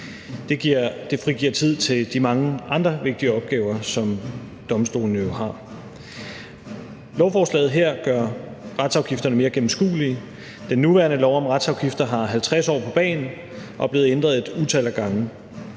Det frigiver tid til de mange andre vigtige opgaver, som domstolene jo har. Lovforslaget her gør retsafgifterne mere gennemskuelige. Den nuværende lov om retsafgifter har 50 år på bagen og er blevet ændret et utal af gange.